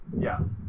Yes